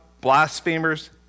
blasphemers